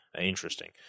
interesting